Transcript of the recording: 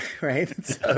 right